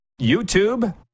youtube